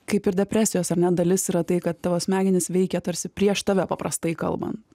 kaip ir depresijos ar ne dalis yra tai kad tavo smegenys veikia tarsi prieš tave paprastai kalbant